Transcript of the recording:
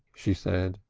she said.